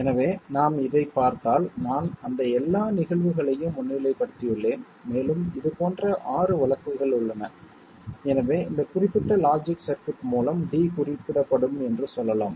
எனவே நாம் இதைப் பார்த்தால் நான் அந்த எல்லா நிகழ்வுகளையும் முன்னிலைப்படுத்தியுள்ளேன் மேலும் இதுபோன்ற 6 வழக்குகள் உள்ளன எனவே இந்த குறிப்பிட்ட லாஜிக் சர்க்யூட் மூலம் d குறிப்பிடப்படும் என்று சொல்லலாம்